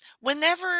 Whenever